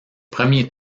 premier